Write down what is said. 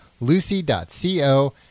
Lucy.co